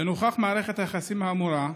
לנוכח מערכת היחסים האמורה,